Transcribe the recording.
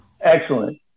excellent